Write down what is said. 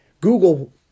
Google